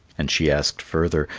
and she asked further,